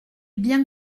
bien